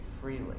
freely